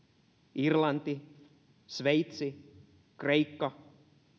irlanti sveitsi kreikka